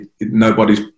nobody's